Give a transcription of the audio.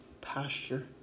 pasture